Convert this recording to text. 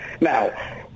Now